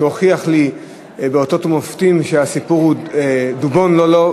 שהוכיח לי באותות ומופתים שהסיפור הוא "דובון לאלא",